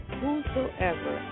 whosoever